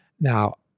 now